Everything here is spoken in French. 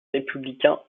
républicains